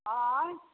आँय